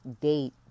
date